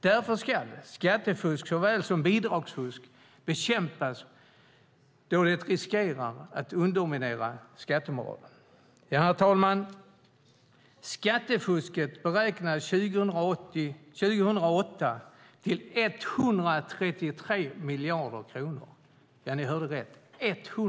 Därför ska skattefusk såväl som bidragsfusk bekämpas då det riskerar att underminera skattemoralen. Herr talman! Skattefusket, beräknades 2008 till 133 miljarder kronor. Ja, ni hörde rätt.